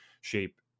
shape